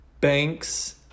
Banks